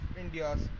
India's